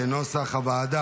אושר.